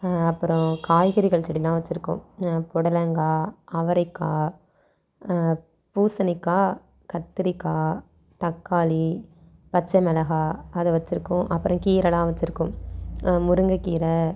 அப்புறம் காய்கறிகள் செடியெலாம் வச்சிருக்கோம் புடலங்காய் அவரைக்காய் பூசணிக்காய் கத்திரிக்காய் தக்காளி பச்சமிளகாய் அதை வச்சிருக்கோம் அப்புறம் கீரைலாம் வச்சிருக்கோம் முருங்கக்கீரை